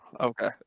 okay